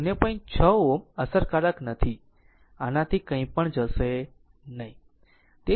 6 Ω અસરકારક નથી આનાથી કંઇપણ જશે નહીં